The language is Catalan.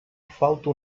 falta